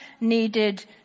needed